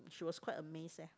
she was quite amazed eh